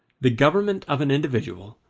the government of an individual,